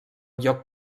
lloc